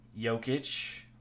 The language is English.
Jokic